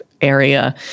area